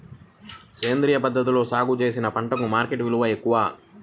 సేంద్రియ పద్ధతిలో సాగు చేసిన పంటలకు మార్కెట్ విలువ ఎక్కువ